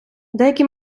деякі